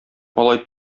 алай